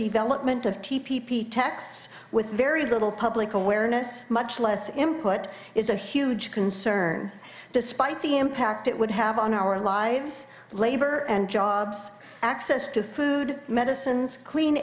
development of t p p texts with very little public awareness much less him put is a huge concern despite the impact it would have on our lives labor and jobs access to food medicines clean